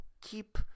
keep